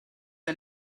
der